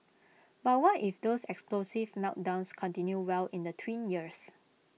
but what if those explosive meltdowns continue well in the tween years